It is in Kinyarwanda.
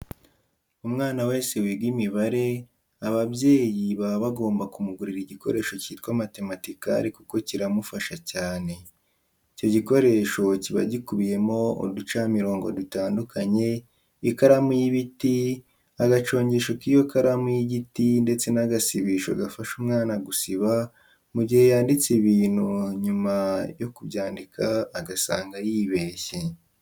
Umwana wese wiga imibare, ababyeyi baba bagomba kumugurira igikoresho cyitwa matematikari kuko kiramufasha cyane. Icyo gikoresho kiba gikubiyemo: uducamirongo dutandukanye, ikaramu y'ibiti, agacongesho kiyo karamu y'igiti ndetse nagasibisho gafasha umwana gusiba mugihe yanditse ibintu nyuma yo kubyandika agasanga yibeshye.